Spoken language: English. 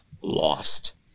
lost